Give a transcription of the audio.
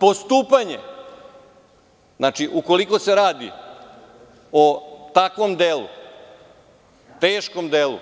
Postupanje, znači ukoliko se radi o takvom delu, teškom delu,